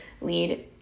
lead